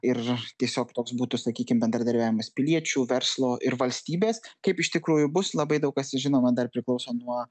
ir tiesiog toks būtų sakykim bendradarbiavimas piliečių verslo ir valstybės kaip iš tikrųjų bus labai daug kas žinoma dar priklauso nuo